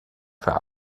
für